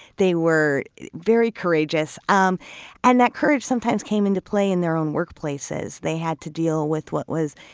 they were very courageous, um and that courage sometimes came into play in their own workplaces. they had to deal with what was,